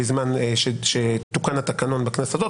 בזמן שתוקן התקנון בכנסת הזאת,